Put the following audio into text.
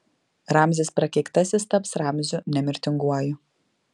ramzis prakeiktasis taps ramziu nemirtinguoju